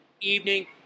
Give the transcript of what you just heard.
evening